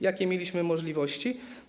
Jakie mieliśmy możliwości?